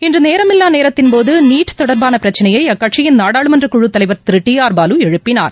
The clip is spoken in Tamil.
இன்றநேரமில்லாநேரத்தின் போகு நீட் தொடர்பானபிரச்சினையைஅக்கட்சியின் நாடாளுமன்றக் குழுத் தலைவர் திரு டி ஆர் பாலுஎழுப்பினார்